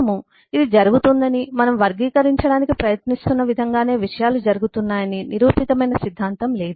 మనము ఇది జరుగుతుందని మనం వర్గీకరించడానికి ప్రయత్నిస్తున్న విధంగానే విషయాలు జరుగుతాయని నిరూపితమైన సిద్ధాంతం లేదు